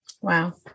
Wow